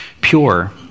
pure